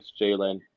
Jalen